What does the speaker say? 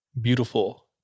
beautiful